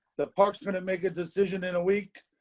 the parks are going to make a decision in a week.